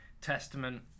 testament